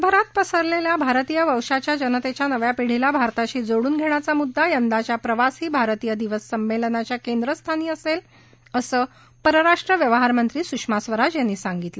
जगभरात पसरलेल्या भारतीय वंशाच्या जनतेच्या नव्या पिढीला भारताशी जोडून घेण्याचा मुद्दा यंदाच्या प्रवासी भारतीय दिवस संमेलनाच्या केंद्रस्थानी असेल असं परराष्ट्र व्यवहार मंत्री सुषमा स्वराज यांनी सांगितलं